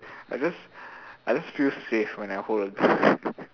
I just I just feel safe when I hold a gun